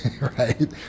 right